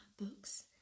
books